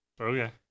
Okay